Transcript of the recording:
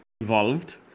involved